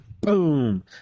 Boom